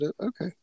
Okay